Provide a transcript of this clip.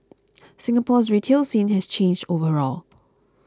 Singapore's retail scene has changed overall